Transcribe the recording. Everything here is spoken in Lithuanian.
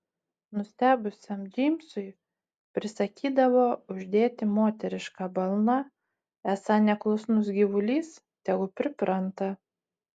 nustebusiam džeimsui prisakydavo uždėti moterišką balną esą neklusnus gyvulys tegu pripranta